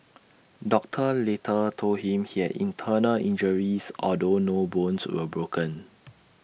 doctors later told him he had internal injuries although no bones were broken